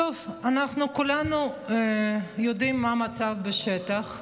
טוב, אנחנו כולנו יודעים מה המצב בשטח.